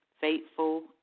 faithful